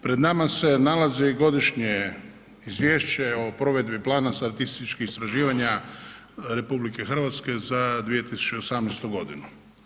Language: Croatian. Pred nama se nalazi Godišnje izvješće o provedbi plana statističkih istraživanja RH za 2018. godinu.